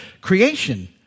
Creation